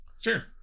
sure